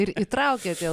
ir įtraukė ją